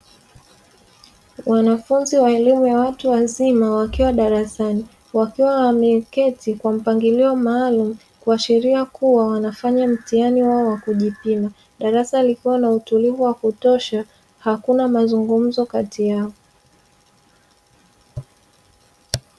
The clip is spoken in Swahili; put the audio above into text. Wanafunzi wa elimu ya watu wazima wakiwa darasani, wakiwa wameketi kwa mpangilio maalumu kuashiria kuwa wanafanya mtihani wao wa kujipima; darasa likiwa na utulivu wa kutosha, hakuna mazungumzo kati yao.